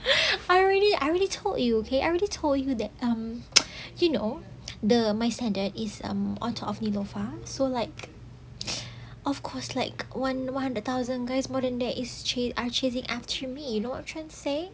I already I already told you K I already told you that um you know the my standard is um on top of neelofa so like of course like one one hundred thousand guys more than that is cha~ are chasing after me you know what I'm trying to say